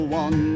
one